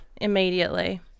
immediately